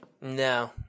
No